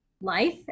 life